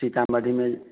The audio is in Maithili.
सीतामढ़ीमे